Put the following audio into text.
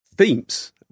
Themes